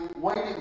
waiting